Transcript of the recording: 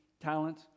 talent